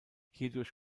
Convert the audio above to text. hierdurch